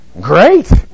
Great